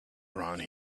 around